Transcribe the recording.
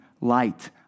light